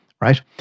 right